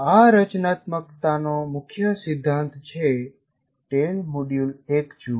આ રચનાત્મકતાનો મુખ્ય સિધ્ધાંત છે ટેલ મોડ્યુલ 1 જુઓ